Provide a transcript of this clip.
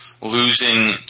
losing